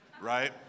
right